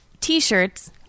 t-shirts